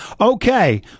Okay